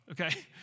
okay